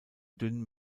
dünn